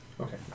okay